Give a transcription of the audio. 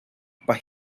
but